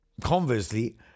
conversely